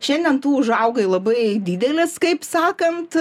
šiandien tu užaugai labai didelis kaip sakant